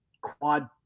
quad